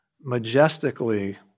majestically